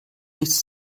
nichts